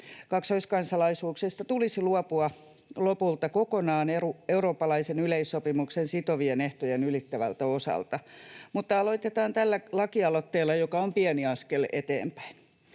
Kaksoiskansalaisuuksista tulisi luopua lopulta kokonaan eurooppalaisen yleissopimuksen sitovien ehtojen ylittävältä osalta. Mutta aloitetaan tällä lakialoitteella, joka on pieni askel eteenpäin.